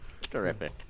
Terrific